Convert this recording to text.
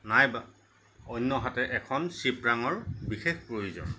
নাইবা অন্য়হাতে এখন চিপৰাঙৰ বিশেষ প্ৰয়োজন